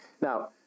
Now